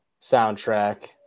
soundtrack